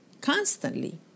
constantly